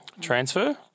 Transfer